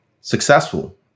successful